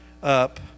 up